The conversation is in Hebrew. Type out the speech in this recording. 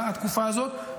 התקופה הזאת,